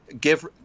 Give